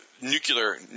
nuclear